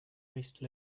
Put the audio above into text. waste